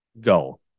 go